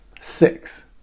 Six